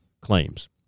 claims